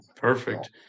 Perfect